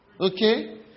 Okay